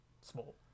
small